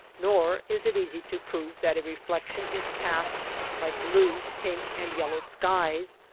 nor is it easy to prove that a reflection is cast by blue, pink, and yellow skies,